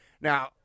now